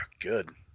Good